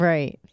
Right